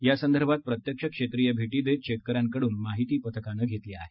यासंदर्भात प्रत्यक्ष क्षेत्रीय भेटी देत शेतकऱ्यांकडून माहिती पथकाने घेतली आहे